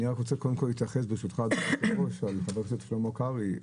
אני רק רוצה קודם כל להתייחס ברשותך היושב ראש על חבר הכנסת שלמה קרעי,